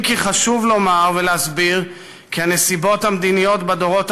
אם כי חשוב לומר ולהסביר כי הנסיבות המדיניות בדורות